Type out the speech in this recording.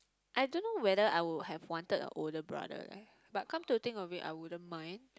I don't know whether I would have wanted a older brother eh but come to think of it I wouldn't mind